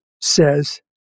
says